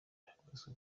yahagaritswe